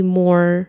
more